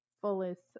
fullest